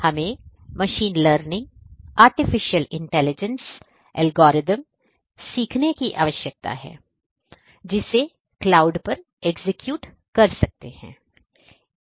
हमें सीखने की आवश्यकता है जिसे क्लाउड पर एग्जीक्यूट कर सकते है